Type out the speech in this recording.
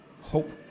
hope